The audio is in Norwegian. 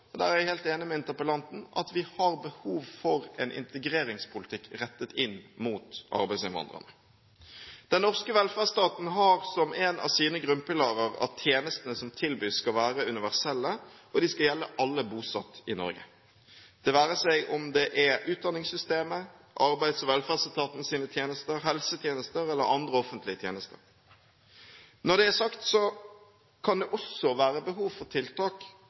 og der er jeg helt enig med interpellanten – at vi har behov for en integreringspolitikk rettet mot arbeidsinnvandrerne. Den norske velferdsstaten har som en av sine grunnpilarer at tjenestene som tilbys, skal være universelle, og de skal gjelde alle bosatt i Norge – det være seg om det er utdanningssystemet, Arbeids- og velferdsetatens tjenester, helsetjenester eller andre offentlige tjenester. Når det er sagt, kan det også være behov for tiltak